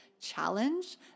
challenge